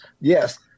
Yes